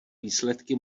výsledky